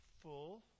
full